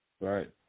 Right